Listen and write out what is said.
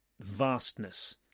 vastness